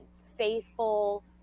faithful